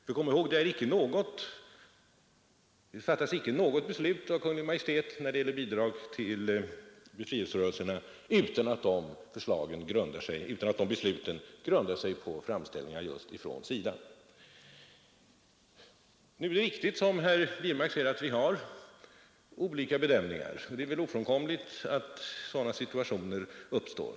Men kom ihåg att det fattas icke något beslut av Kungl. Maj:t när det gäller bidrag till befrielserörelserna utan att dessa beslut grundar sig på framställningar just från SIDA. Nu är det riktigt som herr Wirmark säger att vi har olika bedömningar, och det är väl ofrånkomligt att sådana situationer uppstår.